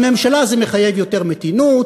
בממשלה זה מחייב יותר מתינות,